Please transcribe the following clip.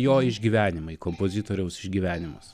jo išgyvenimai kompozitoriaus išgyvenimas